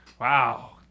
wow